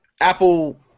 Apple